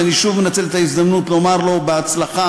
שאני שוב מנצל את ההזדמנות לומר לו בהצלחה,